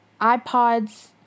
iPods